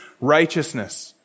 righteousness